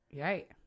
right